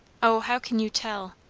o how can you tell?